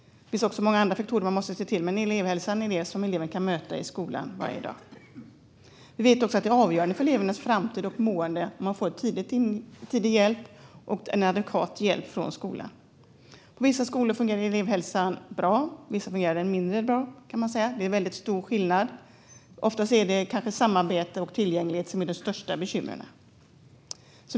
Det finns också många andra viktiga faktorer, men elevhälsan är något som eleverna kan möta i skolan varje dag. Vi vet också att det är avgörande för elevernas framtid och mående att få tidig och adekvat hjälp från skolan. På vissa skolor fungerar elevhälsan bra. På vissa fungerar den mindre bra. Det är väldigt stor skillnad. Ofta är det samarbete och tillgänglighet som är de största bekymren.